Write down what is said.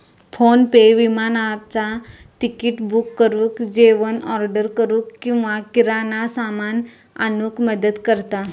PhonePe विमानाचा ticket book करुक, जेवण ऑर्डर करूक किंवा किराणा सामान आणूक मदत करता